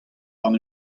warn